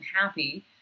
happy